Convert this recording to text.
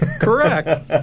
correct